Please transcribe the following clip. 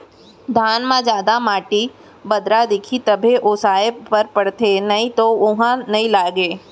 धान म जादा माटी, बदरा दिखही तभे ओसाए बर परथे नइ तो वोहू नइ लागय